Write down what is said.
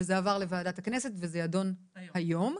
לוועדת הכנסת ויידון היום.